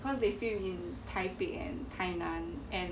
cause they film in taipei and tainan and